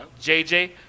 jj